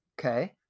Okay